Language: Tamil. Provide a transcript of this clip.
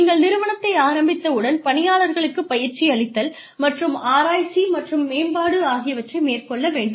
நீங்கள் நிறுவனத்தை ஆரம்பித்த உடன் பணியாளர்களுக்குப் பயிற்சி அளித்தல் மற்றும் ஆராய்ச்சி மற்றும் மேம்பாடு ஆகியவற்றை மேற்கொள்ள வேண்டும்